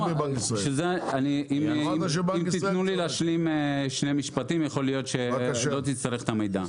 אם תיתנו לי להשלים שני משפטים יכול להיות שלא תצטרך את המידע.